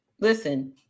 listen